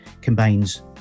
combines